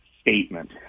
statement